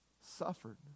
suffered